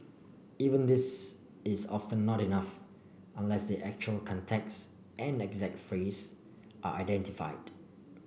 even this is often not enough unless the actual context and exact phrase are identified